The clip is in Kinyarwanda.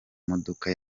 modoka